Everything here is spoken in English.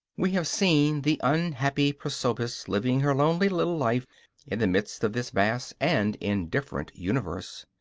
we have seen the unhappy prosopis living her lonely little life in the midst of this vast and indifferent universe.